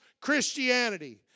Christianity